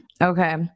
Okay